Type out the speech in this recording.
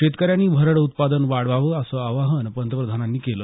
शेतकऱ्यांनी भरड उत्पादन वाढवावं असं आवाहन पंतप्रधानांनी केलं